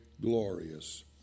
glorious